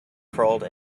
crawled